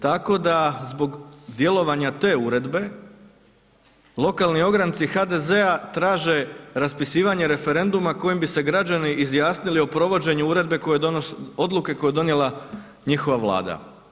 Tako da zbog djelovanja te uredbe lokalni ogranci HDZ-a traže raspisivanje referenduma kojim bi se građani izjasnili o provođenju uredbe koju, odluke koju je donijela njihova Vlada.